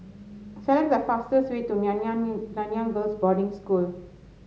select the fastest way to Nanyang Girls' Boarding School